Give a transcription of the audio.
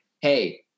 hey